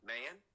Man